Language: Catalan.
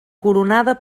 coronada